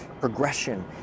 progression